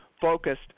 focused